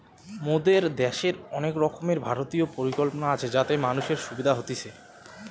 মোদের দ্যাশের অনেক রকমের ভারতীয় পরিকল্পনা আছে যাতে মানুষের সুবিধা হতিছে